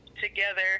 together